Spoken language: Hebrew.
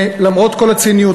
שלמרות כל הציניות,